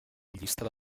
llista